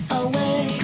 away